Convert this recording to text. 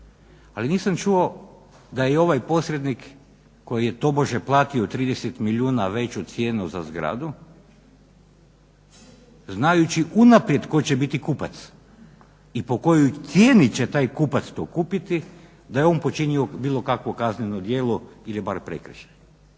Ali nisam čuo da je i ovaj posrednik koji je tobože platio 30 milijuna veću cijenu za zgradu znajući unaprijed tko će biti kupac i po kojoj cijeni će taj kupac to kupiti da je on počinio bilo kakvo kazneno djelo ili bar prekršaj.